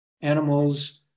Animals